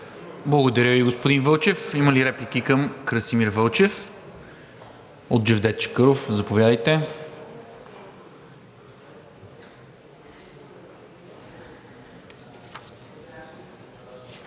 Благодаря Ви, господин Вълчев. Има ли реплики към Красимир Вълчев? От Джевдет Чакъров. Заповядайте.